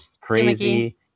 crazy